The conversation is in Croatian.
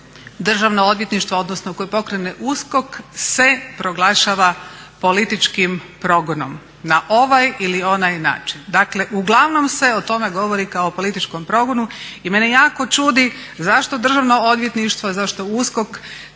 državno odvjetništvo, odnosno koje pokrene USKOK se proglašava političkim progonom na ovaj ili onaj način. Dakle uglavnom se o tome govori kao o političkom progonu. I mene jako čudi zašto Državno odvjetništvo, zašto USKOK